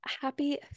happy